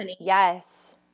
Yes